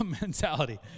Mentality